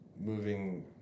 moving